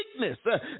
weakness